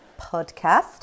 podcast